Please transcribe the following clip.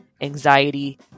anxiety